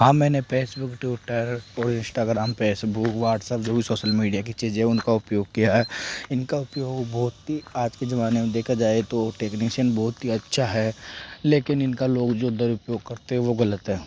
हाँ मैंने Facebook Twitter और इंश्टाग्राम फेसबुक व्हाट्सअप जो सोसल मीडिया की चीजें उनका उपयोग किया है इनका उपयोग बहुत ही आज के जमाने में देखा जाए तो टेक्निशन बहुत ही अच्छा है लेकिन इनका लोग जो दुरुपयोग करते हैं वो गलत है